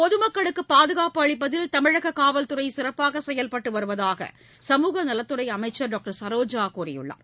பொதுமக்களுக்குபாதுகாப்பு அளிப்பதில் தமிழககாவல்துறைசிறப்பாகசெயல்பட்டுவருவதாக சமூக நலத்துறைஅமைச்சர் டாக்டர் சரோஜாகூறியுள்ளார்